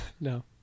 No